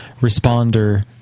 responder